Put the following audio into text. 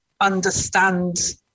understand